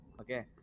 Okay